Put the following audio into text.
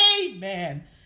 amen